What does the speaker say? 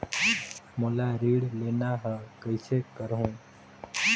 मोला ऋण लेना ह, कइसे करहुँ?